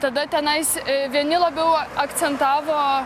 tada tenais vieni labiau akcentavo